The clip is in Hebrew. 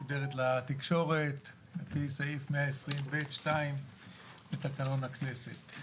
משודרת לתקשורת לפי סעיף 122 לתקנון הכנסת.